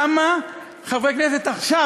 כמה חברי כנסת עכשיו,